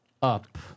Up